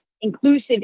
inclusive